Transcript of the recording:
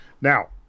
Now